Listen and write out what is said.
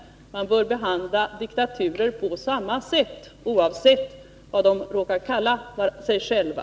Man bör behandla diktaturer på samma sätt, oavsett vad de råkar kalla sig själva.